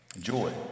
joy